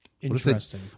Interesting